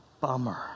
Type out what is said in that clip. Bummer